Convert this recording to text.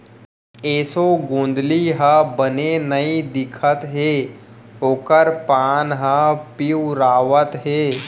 एसों गोंदली ह बने नइ दिखत हे ओकर पाना ह पिंवरावत हे